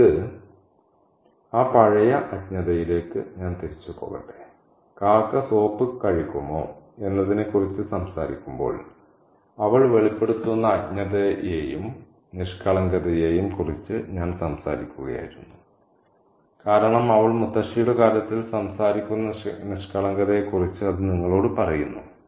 ഇപ്പോൾ ഇത് ആ പഴയ അജ്ഞതയിലേക്ക് ഞാൻ തിരിച്ചുപോകട്ടെ കാക്ക സോപ്പ് കഴിക്കുമോ എന്നതിനെക്കുറിച്ച് സംസാരിക്കുമ്പോൾ അവൾ വെളിപ്പെടുത്തുന്ന അജ്ഞതയെയും നിഷ്കളങ്കതയെയും കുറിച്ച് ഞാൻ സംസാരിക്കുകയായിരുന്നു കാരണം അവൾ മുത്തശ്ശിയുടെ കാര്യത്തിൽ സംസാരിക്കുന്ന നിഷ്കളങ്കതയെക്കുറിച്ച് അത് നിങ്ങളോട് പറയുന്നു